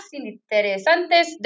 interesantes